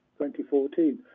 2014